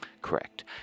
Correct